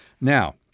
Now